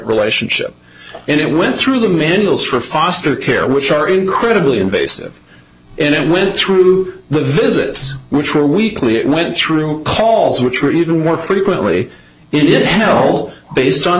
relationship and it went through the manuals for foster care which are incredibly invasive and it went through the visits which were weekly it went through polls which were even more frequently it is hell based on